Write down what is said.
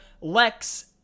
lex